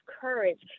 courage